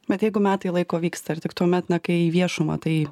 bet jeigu metai laiko vyksta ir tik tuomet na kai į viešumą tai